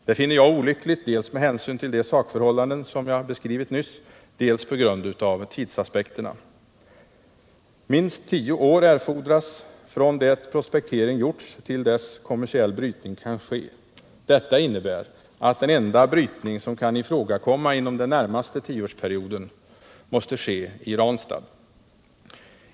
Det finner jag olyckligt dels med hänsyn till de sakförhållanden som beskrivits, dels på grund av tidsaspekterna. Minst tio år erfordras från det prospektering gjorts till dess kommersiell brytning kan ske. Detta innebär att den enda brytning som kan ifrågakomma inom den närmaste tioårsperioden måste ske i Ranstad.